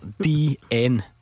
D-N